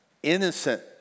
Innocent